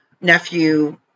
nephew